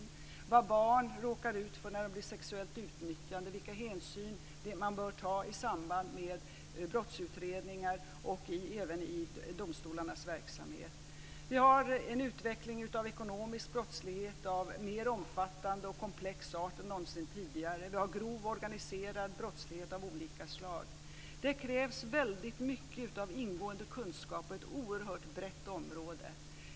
Det gäller vad barn råkar ut för när de blir sexuellt utnyttjade och vilka hänsyn man bör ta i samband med brottsutredningar och även i domstolarnas verksamhet. Vi har en utveckling av ekonomisk brottslighet av en mer omfattande och komplex art än någonsin tidigare. Vi har grov organiserad brottslighet av olika slag. Det krävs väldigt mycket av ingående kunskap på ett oerhört brett område.